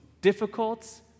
difficult